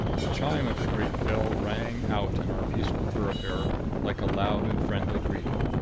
the chime of the great bell rang out in our peaceful thoroughfare like a loud and friendly greeting.